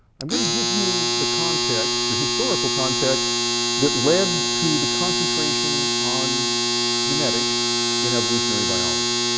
i'm going to give you the context, the historical context that led to the concentration on genetics in evolutionary biology.